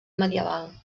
medieval